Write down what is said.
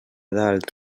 dalt